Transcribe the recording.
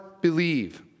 believe